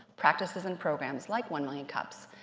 practices and programs like one million cups,